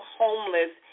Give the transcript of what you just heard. homeless